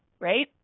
right